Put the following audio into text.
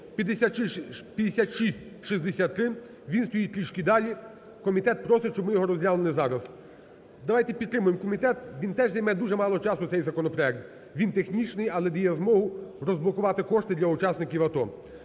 5663, він стоїть трішки далі, комітет просить, щоб ми його розглянули зараз. Давайте підтримаємо комітет. Він теж займе дуже мало часу цей законопроект, він технічний, але дає змогу розблокувати кошти для учасників АТО.